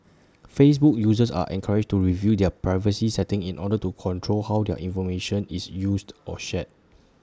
Facebook users are encouraged to review their privacy settings in order to control how their information is used or shared